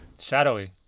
Shadowy